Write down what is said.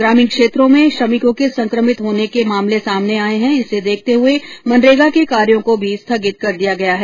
ग्रामीण क्षेत्रों में श्रमिकों के संक्रमित होने के मामले सामने आए हैं इसे देखते हुए मनरेगा के कार्यों को भी स्थगित कर दिया गया है